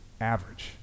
average